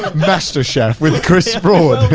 but master chef, with chris broad.